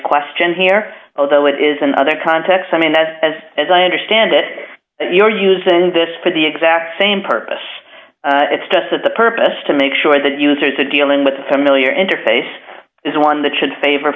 question here although it is in other contexts i mean as as i understand it you're using this for the exact same purpose it's just that the purpose to make sure that users are dealing with familiar interface is one that should favor